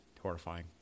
horrifying